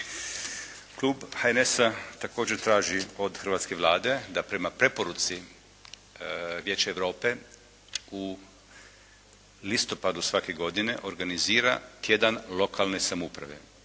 Klub HNS-a također traži od hrvatske Vlade da prema preporuci Vijeća Europe u listopadu svake godine organizira tjedan lokalne samouprave.